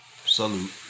salute